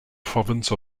province